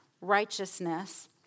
righteousness